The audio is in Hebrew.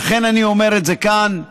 לכן אני אומר את זה כאן.